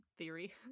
theory